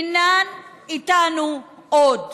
אינן איתנו עוד.